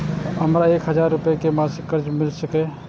हमरा एक हजार रुपया के मासिक कर्जा मिल सकैये?